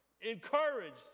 encouraged